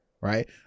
right